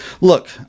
look